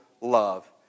love